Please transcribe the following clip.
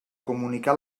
comunicar